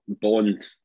bond